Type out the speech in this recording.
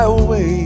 away